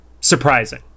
surprising